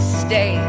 stay